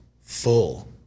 full